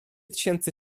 tysięcy